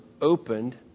opened